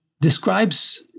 describes